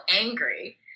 angry